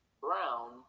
brown